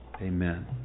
amen